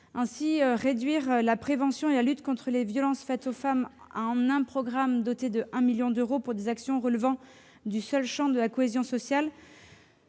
Aussi, réduire la prévention et la lutte contre les violences faites aux femmes à un programme doté de 1 million d'euros pour des actions relevant du seul champ de la cohésion sociale